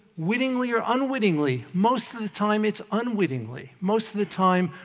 wittingly or unwittingly. most of the time, it's unwittingly. most of the time,